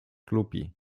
klubi